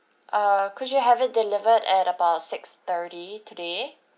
err could you have it delivered at about six thirty today